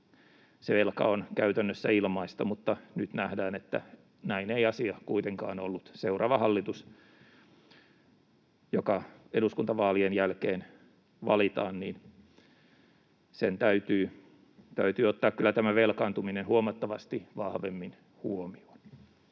se velka on käytännössä ilmaista, mutta nyt nähdään, että näin ei asia kuitenkaan ollut. Seuraavan hallituksen, joka eduskuntavaalien jälkeen valitaan, täytyy ottaa kyllä tämä velkaantuminen huomattavasti vahvemmin huomioon.